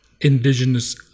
indigenous